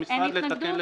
המשרד יתקן ל-30.